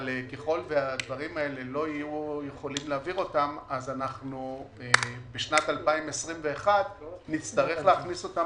אבל ככל שלא יוכלו להעביר את הדברים האלה אז בשנת 2021 נצטרך להכניס אותם